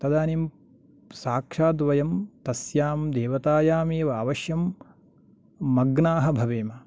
तदानीं साक्षाद्वयं तस्यां देवतायामेव अवश्यं मग्नाः भवेम